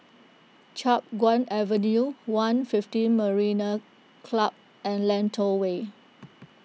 Chiap Guan Avenue one fifteen Marina Club and Lentor Way